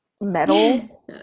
metal